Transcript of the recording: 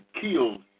killed